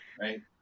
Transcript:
right